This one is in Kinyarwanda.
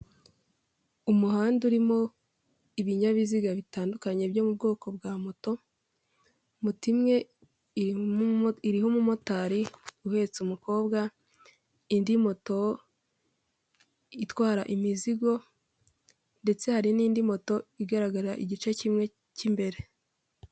Umuhanda urimo ibinyabiziga bitandukanye byo mu bwoko bwa moto moto imwe iriho umumotari uhetse umukobwa indi moto itwara imizigo ndetse hari n'indi moto igaragara igice kimwe cy'imbere.